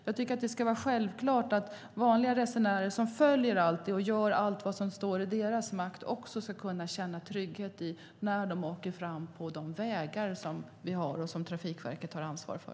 Jag tycker att det ska vara självklart att vanliga resenärer som följer allt och gör allt som står i deras makt ska kunna känna trygghet när de åker fram på de vägar vi har och som Trafikverket har ansvar för.